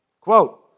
Quote